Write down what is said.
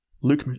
Luke